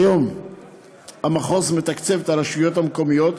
כיום המחוז מתקצב את הרשויות המקומיות,